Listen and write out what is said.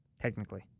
technically